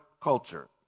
culture